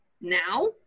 now